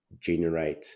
generate